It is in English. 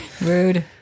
Rude